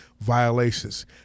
violations